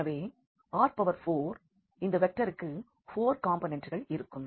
எனவே R4ஏனெனில் இந்த வெக்டருக்கு 4 காம்போனெண்ட்கள் இருக்கும்